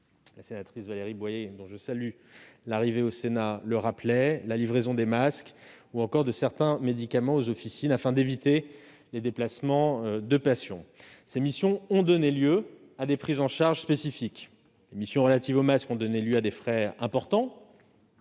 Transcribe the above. la sénatrice Valérie Boyer, dont je salue l'arrivée au Sénat, le rappelait : la livraison des masques ou encore de certains médicaments aux officines, afin d'éviter les déplacements de patients. Ces missions ont donné lieu à des prises en charge spécifiques. Les missions relatives aux masques ont engendré, pour les